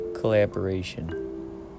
collaboration